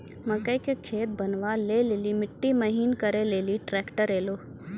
मकई के खेत बनवा ले ली मिट्टी महीन करे ले ली ट्रैक्टर ऐलो?